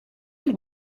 and